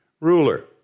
ruler